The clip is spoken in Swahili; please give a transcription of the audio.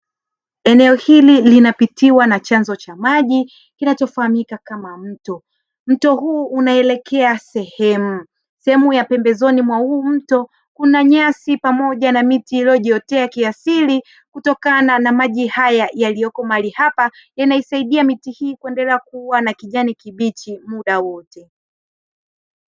Eneo hili linapitiwa na chanzo cha maji kinachofahamika kama mto. Mto huu unaelekea sehemu, sehemu ya pembezoni mwa huu mto kuna nyasi pamoja na miti iliyojiotea kiasili kutokana na maji haya yaliyoko mahali hapa yanaisaidia miti hii kuendelea kuwa na kijani kibichi muda wote.